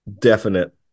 definite